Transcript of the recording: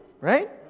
Right